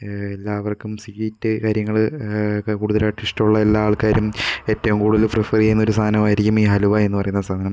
എല്ലാവർക്കും സ്വീറ്റ് കാര്യങ്ങൾ ഒക്കെ കൂടുതലായിട്ട് ഇഷ്ടമുള്ള എല്ലാ ആൾക്കാരും ഏറ്റവും കൂടുതൽ പ്രിഫർ ചെയ്യുന്ന ഒരു സാധനമായിരിക്കും ഈ മി ഹലുവ എന്ന് പറയുന്ന സാധനം